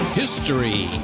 History